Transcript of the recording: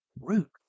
root